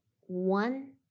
one